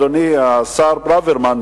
אדוני השר ברוורמן,